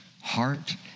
heart